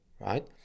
Right